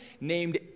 named